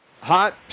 hot